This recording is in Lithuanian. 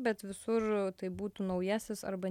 bet visur tai būtų naujasis arba